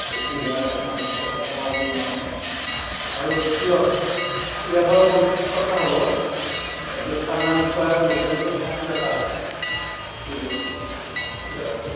কুঁহিয়াৰৰ দামটো কমাব নোৱাৰি আৰু তিঁয়হ তিঁয়হৰ পঞ্চাছ টকা হ'ব এইটো চালানিটো আৰু লোকেলটো ষাঠি টকা হ'ব কিলো তিঁয়হৰ